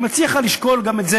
אני מציע לך לשקול גם את זה,